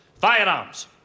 Firearms